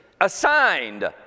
assigned